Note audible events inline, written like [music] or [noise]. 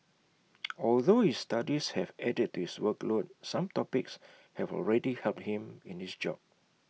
[noise] although his studies have added to his workload some topics have already helped him in his job